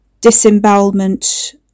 disembowelment